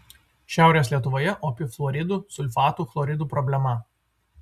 šiaurės lietuvoje opi fluoridų sulfatų chloridų problema